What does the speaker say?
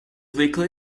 weekly